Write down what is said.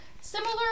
similar